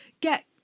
get